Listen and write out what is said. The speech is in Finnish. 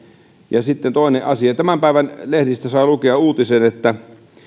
sitten toinen asia tämän päivän lehdistä sai lukea uutisen että